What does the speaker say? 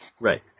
Right